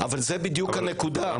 אבל זו הנקודה